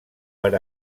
per